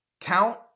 Count